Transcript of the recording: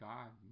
God